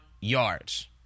yards